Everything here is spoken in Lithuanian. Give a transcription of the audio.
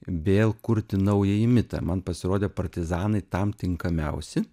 vėl kurti naująjį mitą man pasirodė partizanai tam tinkamiausi